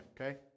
okay